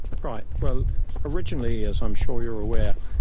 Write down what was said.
right, well originally as i'm sure you're aware,